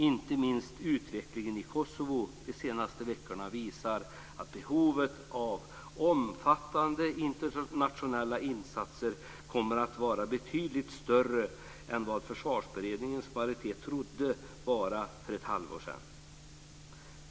Inte minst utvecklingen i Kosovo de senaste veckorna visar att behovet av omfattande internationella insatser kommer att vara betydligt större än vad Försvarsberedningens majoritet trodde bara för ett halvår sedan.